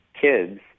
kids